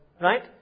Right